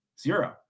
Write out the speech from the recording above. Zero